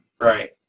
Right